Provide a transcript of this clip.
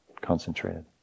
concentrated